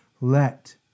Let